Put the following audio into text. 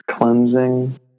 cleansing